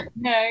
no